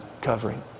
covering